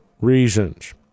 reasons